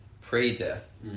pre-death